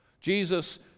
Jesus